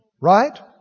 Right